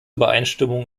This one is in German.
übereinstimmung